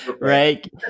Right